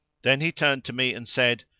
then he turned to me and said,